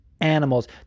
Animals